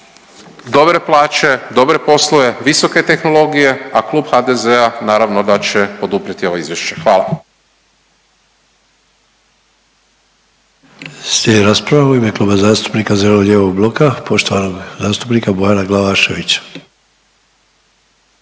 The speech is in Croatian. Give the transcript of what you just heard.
dobre plaće, dobre poslove, visoke tehnologije, a klub HDZ-a naravno da će poduprijeti ovo izvješće. Hvala.